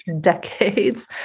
decades